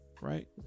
right